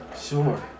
Sure